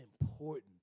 important